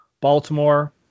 Baltimore